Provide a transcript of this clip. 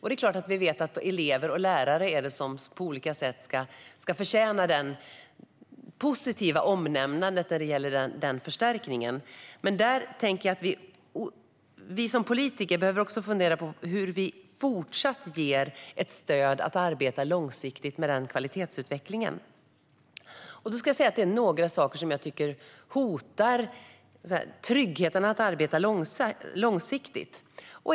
Det är klart att vi vet att det är elever och lärare som på olika sätt har förtjänat det positiva omnämnandet när det gäller den förbättringen. Men vi som politiker behöver också fundera på hur vi fortsättningsvis kan ge ett stöd för att arbeta långsiktigt med denna kvalitetsutveckling. Det finns några saker som jag tycker hotar tryggheten att arbeta långsiktigt.